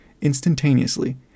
instantaneously